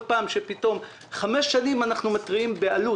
5 שנים אנחנו מתריעים באלו"ט,